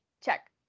Check